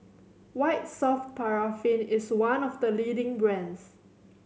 White Soft Paraffin is one of the leading brands